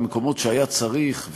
במקומות שהיה צריך,